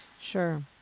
Sure